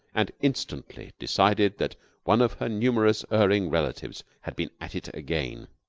and instantly decided that one of her numerous erring relatives had been at it again.